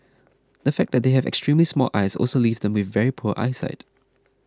the fact that they have extremely small eyes also leaves them with very poor eyesight